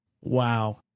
Wow